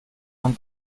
man